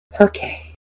Okay